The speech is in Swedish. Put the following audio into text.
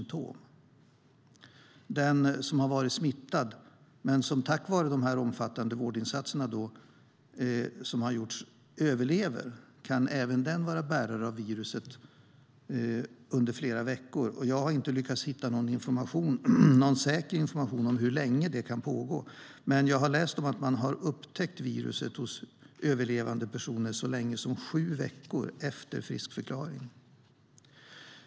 Även den som har varit smittad men som tack vare de omfattande vårdinsatser som har gjorts överlever kan vara bärare av viruset under flera veckor. Jag har inte lyckats hitta någon säker information om hur länge det kan pågå. Men jag har läst om att man har upptäckt viruset hos överlevande personer så länge som sju veckor efter friskförklaring.